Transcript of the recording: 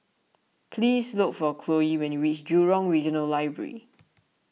please look for Cloe when you reach Jurong Regional Library